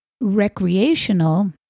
recreational